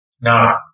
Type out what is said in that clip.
No